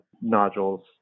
nodules